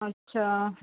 अच्छा